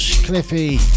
cliffy